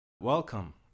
Welcome